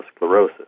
atherosclerosis